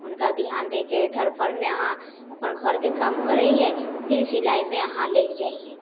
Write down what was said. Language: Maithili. हुनका बिहान दैके धरफरमे अहाँ अपन घरके काम करै हिए फेर सिलाइमे अहाँ लागि जाइ हिए